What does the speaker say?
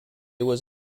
was